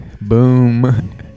Boom